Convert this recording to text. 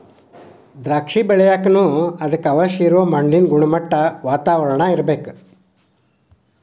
ದ್ರಾಕ್ಷಿ ಬೆಳಿಯಾಕನು ಅದಕ್ಕ ಅವಶ್ಯ ಇರು ಮಣ್ಣಿನ ಗುಣಮಟ್ಟಾ, ವಾತಾವರಣಾ ಇರ್ಬೇಕ